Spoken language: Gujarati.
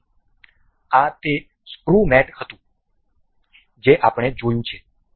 તેથી આ તે સ્ક્રુ મેટ હતું જે આપણે જોયું છે